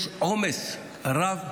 יש עומס רב.